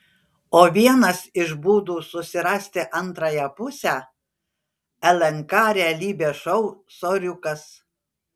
o vienas iš būdų susirasti antrąją pusę lnk realybės šou soriukas